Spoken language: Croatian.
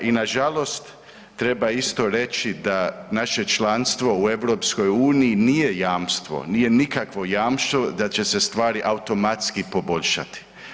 I nažalost treba isto reći da naše članstvo u EU nije jamstvo, nije nikakvo jamstvo da će se stvari automatski poboljšati.